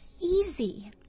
easy